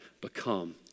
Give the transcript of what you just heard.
become